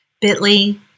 bit.ly